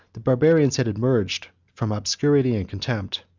the barbarians had emerged from obscurity and contempt,